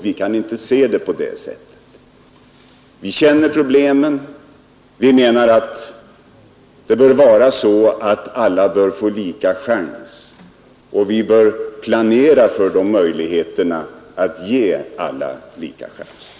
Vi kan inte se saken på det sättet. Vi känner problemen. Vi menar att alla bör få lika chanser, och vi bör planera för möjligheterna att ge alla lika chanser.